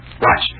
Watch